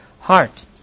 heart